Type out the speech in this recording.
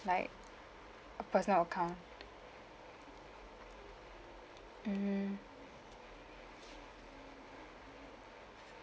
like a personal account mmhmm